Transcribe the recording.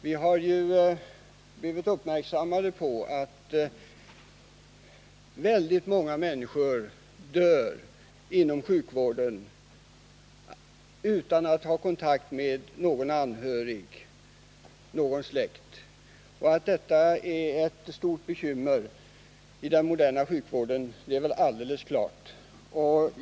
Vi har blivit uppmärksammade på att väldigt många människor dör inom sjukvården utan att ha kontakt med någon anhörig. Att detta är ett stort bekymmer i den moderna sjukvården är väl alldeles klart.